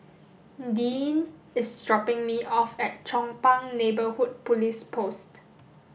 Deeann is dropping me off at Chong Pang Neighbourhood Police Post